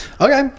okay